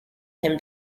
him